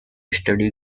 steady